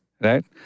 right